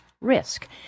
risk